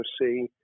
see